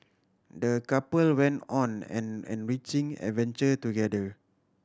the couple went on an enriching adventure together